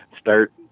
start